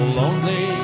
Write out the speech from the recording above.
lonely